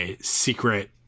secret